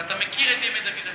ואתה מכיר את ימי דוד המלך,